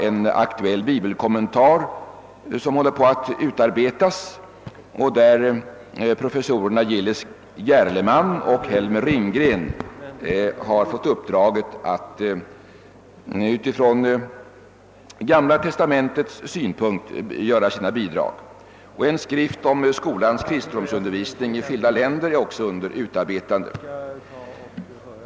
En aktuell bibelkommentar utarbetas av professorerna Gillis Gerleman och Helmer Ringgren med utgångspunkt från Gamla testamentet. En skrift om skolans kristendomsundervisning i skilda länder utarbetas också.